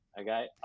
Okay